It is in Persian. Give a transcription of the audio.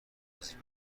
توضیح